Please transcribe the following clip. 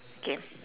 K